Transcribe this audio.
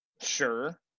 Sure